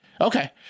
Okay